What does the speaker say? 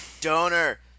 Donor